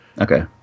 Okay